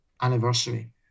anniversary